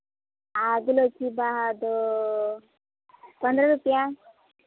ᱟᱨ ᱜᱩᱞᱟᱹᱪᱤ ᱵᱟᱦᱟ ᱫᱚ ᱯᱚᱱᱨᱚ ᱨᱩᱯᱤᱭᱟ